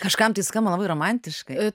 kažkam tai skamba labai romantiškai